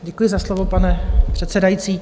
Děkuji za slovo, pane předsedající.